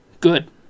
Good